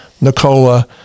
Nicola